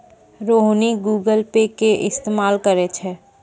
Rohini Google Pay के इस्तेमाल करै छै